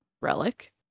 relic